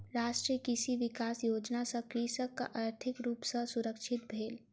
राष्ट्रीय कृषि विकास योजना सॅ कृषक आर्थिक रूप सॅ सुरक्षित भेल